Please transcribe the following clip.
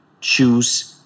choose